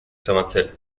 самоцель